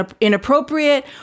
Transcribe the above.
inappropriate